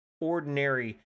ordinary